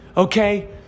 Okay